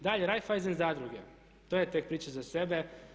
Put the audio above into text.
Dalje, Raiffeisen zadruge to je tek priča za sebe.